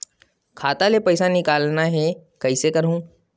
खाता ले पईसा निकालना हे, कइसे करहूं?